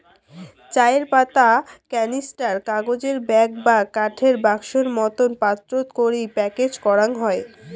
চায়ের পাতা ক্যানিস্টার, কাগজের ব্যাগ বা কাঠের বাক্সোর মতন পাত্রত করি প্যাকেজ করাং হই